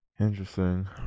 Interesting